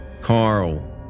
Carl